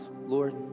Lord